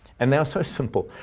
and they are so simple.